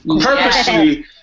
purposely